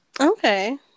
Okay